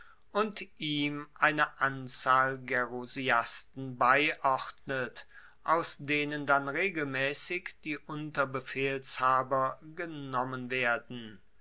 und ihm eine anzahl gerusiasten beiordnet aus denen dann regelmaessig die unterbefehlshaber genommen werden